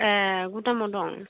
ए गुदामाव दं